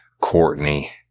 Courtney